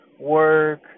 work